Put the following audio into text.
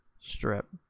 strip